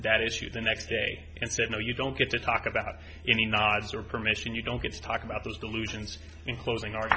that issue the next day and said no you don't get to talk about any nods or permission you don't get to talk about those delusions inclosing